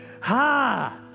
Ha